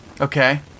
Okay